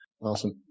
awesome